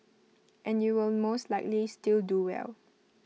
and you will most likely still do well